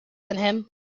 than